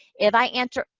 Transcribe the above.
if i answer,